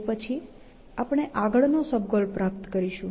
તે પછી આપણે આગળ નો સબ ગોલ પ્રાપ્ત કરીશું